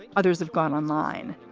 others have gone online.